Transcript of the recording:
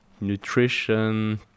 nutrition